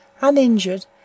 uninjured